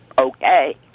okay